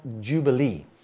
Jubilee